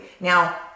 Now